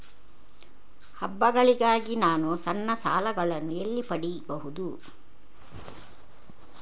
ಹಬ್ಬಗಳಿಗಾಗಿ ನಾನು ಸಣ್ಣ ಸಾಲಗಳನ್ನು ಎಲ್ಲಿ ಪಡಿಬಹುದು?